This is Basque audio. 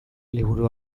liburu